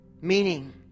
Meaning